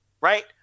right